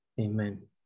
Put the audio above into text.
Amen